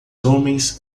homens